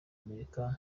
amerika